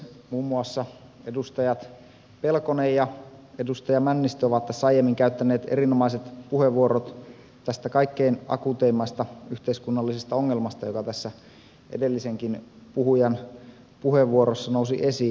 muun muassa edustajat pelkonen ja männistö ovat tässä aiemmin käyttäneet erinomaiset puheenvuorot tästä kaikkein akuuteimmasta yhteiskunnallisesta ongelmasta joka tässä edellisenkin puhujan puheenvuorossa nousi esiin